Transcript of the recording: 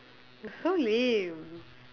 so lame